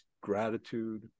gratitude